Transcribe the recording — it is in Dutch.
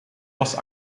was